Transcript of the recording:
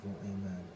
amen